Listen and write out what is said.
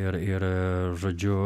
ir ir žodžiu